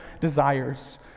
desires